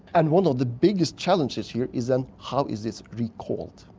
and one of the biggest challenges here is then how is this recalled.